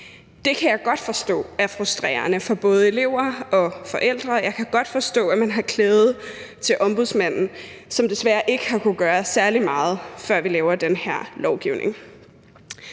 Det kan jeg godt forstå er frustrerende for både elever og forældre. Og jeg kan godt forstå, at man har klaget til Ombudsmanden, som desværre ikke har kunnet gøre særlig meget – før vi nu laver den her lovgivning.